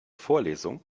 vorlesung